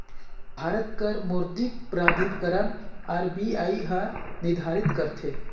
भारत कर मौद्रिक प्राधिकरन आर.बी.आई हर निरधारित करथे